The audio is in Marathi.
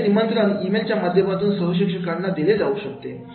याचे निमंत्रण ई मेलच्या माध्यमातून सह शिक्षकांना दिले जाते